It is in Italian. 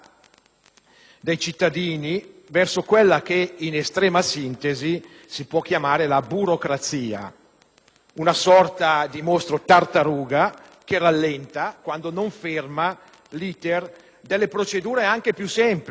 dei cittadini verso quella che, in estrema sintesi, si può chiamare la burocrazia. Si tratta di una sorta di «mostro tartaruga» che rallenta, quando non ferma, l'*iter* delle procedure, anche di quelle